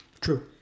True